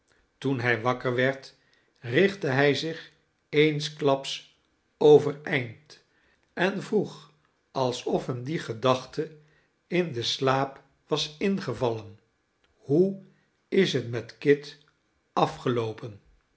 toen hij wakker werd richtte hij zich eensklaps overeind en vroeg alsof hem die gedachte in den slaap was ingevallen hoe is het met kit afgeloopen